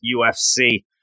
UFC